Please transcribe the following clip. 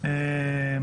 החלטות.